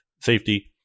safety